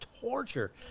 torture